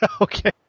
Okay